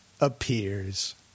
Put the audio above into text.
appears